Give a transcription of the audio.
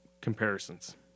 comparisons